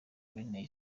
binteye